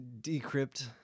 decrypt